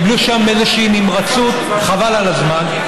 קיבלו שם איזושהי נמרצות, חבל על הזמן,